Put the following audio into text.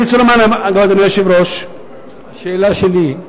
שאלה שלי,